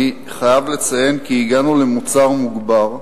אני חייב לציין שהגענו למוצר מוגמר,